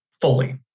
fully